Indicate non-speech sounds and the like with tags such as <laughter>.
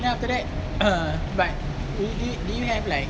then after that <coughs> but do do do you have like